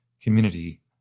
community